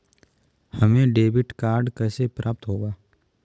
हमें debit card कैसे प्राप्त होगा?